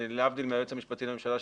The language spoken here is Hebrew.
להבדיל מהיועץ המשפטי לממשלה,